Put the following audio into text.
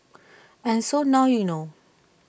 and so now you know